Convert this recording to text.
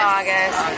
August